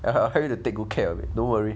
I'll help you take good care of it don't worry